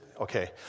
okay